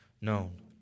known